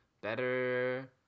Better